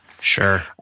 Sure